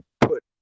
put